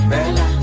Bella